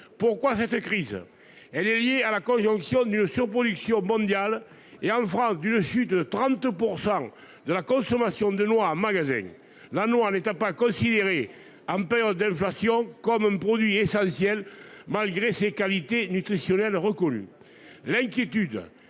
Pourquoi cette crise. Elle est liée à la conjonction d'une surproduction mondiale et en France d'une chute de 30% de la consommation de loi magasin là non. N'étant pas considéré en période d'Elfassi ont comme un produit essentiel, malgré ses qualités nutritionnelles reconnues.